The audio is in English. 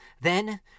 Then